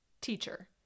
teacher